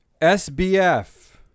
SBF